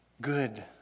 good